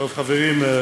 חברים,